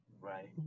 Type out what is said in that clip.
right